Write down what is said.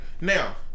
now